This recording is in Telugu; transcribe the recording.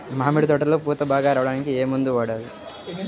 మామిడి తోటలో పూత బాగా రావడానికి ఏ మందు వాడాలి?